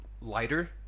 lighter